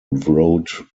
wrote